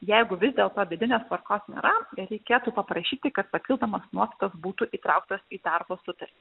jeigu vis dėlto vidinės tvarkos nėra reikėtų paprašyti kad papildomos nuostatos būtų įtrauktos į darbo sutartį